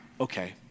okay